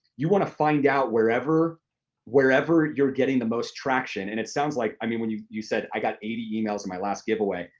you wanna find out wherever wherever you're getting the most traction. and it sounds like, i mean when you you said, i got eighty emails in my last giveaway,